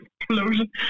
explosion